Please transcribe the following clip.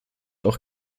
auch